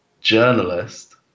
journalist